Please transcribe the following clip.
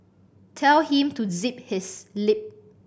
tell him to zip his lip